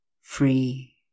free